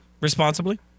responsibly